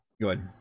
good